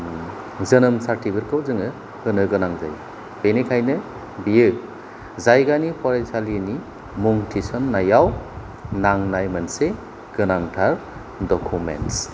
जोनोम सार्टिफिकेट खौ जोङो होनो गोनां जायो बेनिखायनो बेयो जायगानि फरायसालिनि मुं थिसननायाव नांनाय मोनसे गोनांथार डखुमेन्स